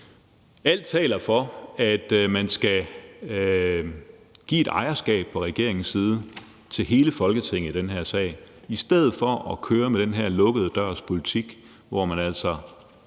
alt taler for, at man skal give et ejerskab fra regeringens side til hele Folketinget i den her sag i stedet for at køre med den her lukkede dørs politik, hvor man altså